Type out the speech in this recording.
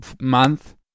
month